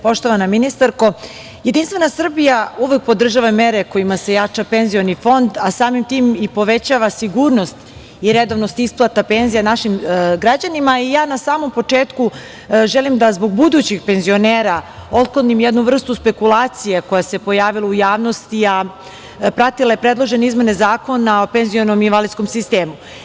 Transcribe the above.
Poštovana ministarko, Jedinstvena Srbija uvek podržava mere kojima se jača penzioni fond, a samim tim i povećava sigurnost i redovnost isplata penzija našim građanima i na samom početku želim da zbog budućih penzionera otklonim jednu vrstu spekulacije koja se pojavila u javnosti, a pratila je predložene izmene Zakona o penzionom i invalidskom sistemu.